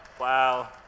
Wow